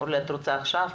את רוצה לדבר עכשיו?